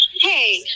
Hey